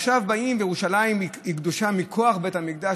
וירושלים היא קדושה מכוח בית המקדש.